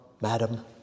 madam